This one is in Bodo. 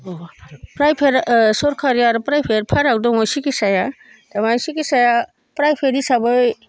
प्राइभेट ओ सरखारि आरो प्राइभेटफोराव दङ सिखिसाया दामा सिखिसाया प्राइभेट हिसाबै